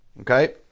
Okay